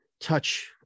touch